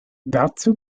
dazu